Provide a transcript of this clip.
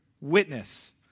witness